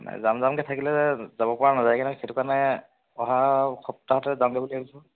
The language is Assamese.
নাই যাম যামকৈ থাকিলে যাব পৰা নাযায়গৈ সেইটো কাৰণে অহা সপ্তাহতে যামগৈ বুলি ভাবিছোঁ